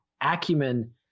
acumen